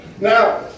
Now